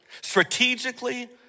strategically